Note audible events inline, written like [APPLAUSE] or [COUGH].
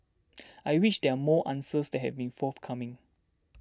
[NOISE] I wish that more answers had been forthcoming